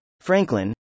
Franklin